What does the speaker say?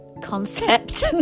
concept